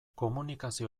komunikazio